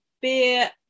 beer